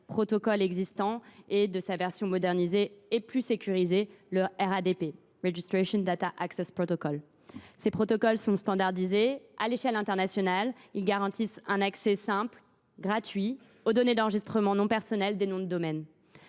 protocoles existants et de leur version modernisée et plus sécurisée, le (RADP). Ces protocoles sont standardisés à l’échelle internationale. Ils garantissent un accès simple et gratuit aux données d’enregistrement non personnelles des noms de domaine.